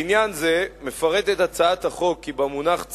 לעניין זה מפרטת הצעת החוק כי במונח "ציבור"